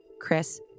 Chris